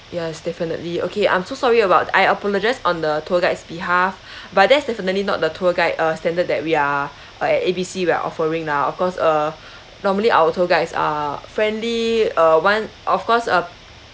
yes definitely okay I'm so sorry about I apologise on the tour guide's behalf but that's definitely not the tour guide uh standard that we are at A B C we're offering lah of course uh normally our tour guides are friendly uh [one] of course uh